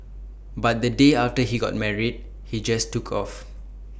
but the day after he got married he just took off